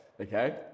okay